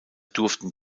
durften